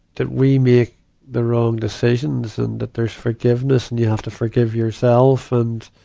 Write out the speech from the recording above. that we make the wrong decisions and that there's forgiveness, and you have to forgive yourself. and,